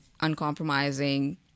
uncompromising